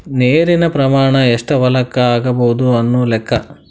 ನೇರಿನ ಪ್ರಮಾಣಾ ಎಷ್ಟ ಹೊಲಕ್ಕ ಆಗಬಹುದು ಅನ್ನು ಲೆಕ್ಕಾ